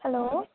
hello